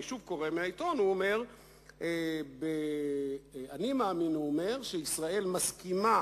ואני שוב קורא מהעיתון: "אני מאמין שישראל מסכימה